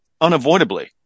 unavoidably